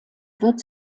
wird